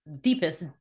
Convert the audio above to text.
deepest